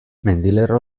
mendilerro